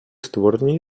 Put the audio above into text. створені